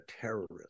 terrorist